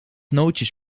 nootjes